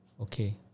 Okay